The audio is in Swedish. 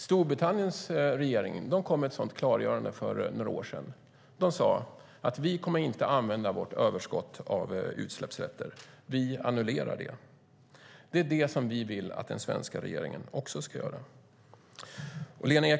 Storbritanniens regering kom med ett sådant klargörande för några år sedan. De sade: Vi kommer inte att använda vårt överskott av utsläppsrätter; vi annullerar det. Det är det vi vill att den svenska regeringen också ska göra.